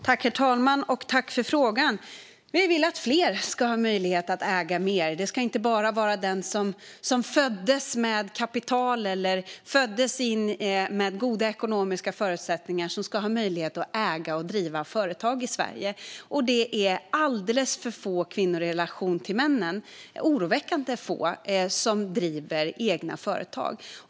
Herr talman! Jag tackar för frågan. Vi vill att fler ska ha möjlighet att äga mer. Det ska inte vara enbart den som föddes med kapital eller med goda ekonomiska förutsättningar som ska ha möjlighet att äga och driva företag i Sverige. Jämfört med männen är det alldeles för få kvinnor - oroväckande få - som driver egna företag.